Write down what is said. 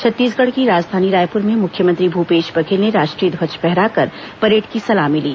छत्तीसगढ़ की राजधानी रायपुर में मुख्यमंत्री भूपेश बघेल ने राष्ट्रीय ध्वज फहराकर परेड की सलामी ली